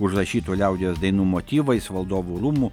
užrašytų liaudies dainų motyvais valdovų rūmų